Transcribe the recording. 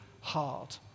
hard